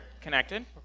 connected